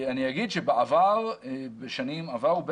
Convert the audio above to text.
אני אומר שבשנים עברו,